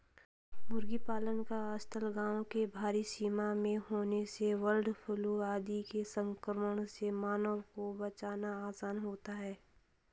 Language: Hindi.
मुर्गी पालन का स्थल गाँव के बाहरी सीमा में होने से बर्डफ्लू आदि के संक्रमण से मानवों को बचाना आसान होता है